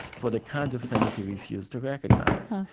for the kinds of things he refused to recognize.